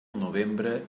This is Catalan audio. novembre